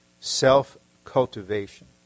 self-cultivation